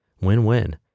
win-win